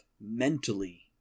mentally